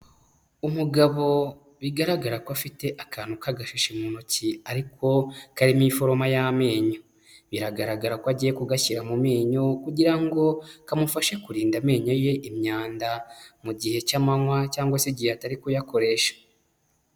Umugabo bigaragara ko afite akantu k'agashashi mu ntoki ariko karimo iforoma y'amenyo, bigaragara ko agiye kugashyira mu menyo kugira ngo kamufashe kurinda amenyo ye imyanda mu gihe cy'amanywa cyangwa se igihe atari kuyakoresha.